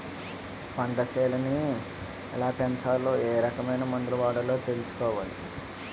పంటసేలని ఎలాపెంచాలో ఏరకమైన మందులు వాడాలో తెలుసుకోవాలి